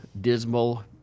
dismal